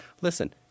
listen